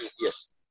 yes